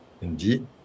indeed